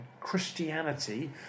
Christianity